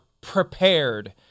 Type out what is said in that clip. prepared